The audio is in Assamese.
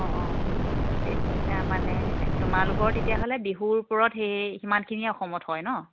অঁ অঁ তে মানে তোমালোকৰ তেতিয়াহ'লে বিহুৰ ওপৰত সেই সিমানখিনিয়ে অসমত হয় নহ্